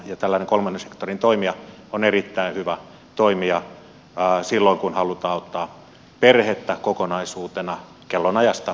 tällainen kolmannen sektorin toimija on erittäin hyvä toimija silloin kun halutaan auttaa perhettä kokonaisuutena kellonajasta riippumatta